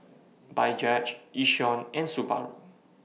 Bajaj Yishion and Subaru